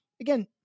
again